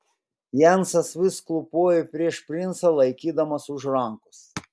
jensas vis klūpojo prieš princą laikydamas už rankos